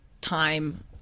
time